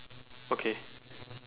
okay